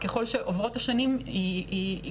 כדי לדאוג לילדים של אישה בלי מעמד זה גורם אחד.